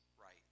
right